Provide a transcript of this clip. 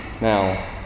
Now